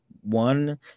one